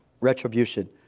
Retribution